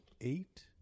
eight